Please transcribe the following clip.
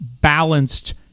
balanced